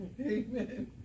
Amen